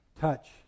Touch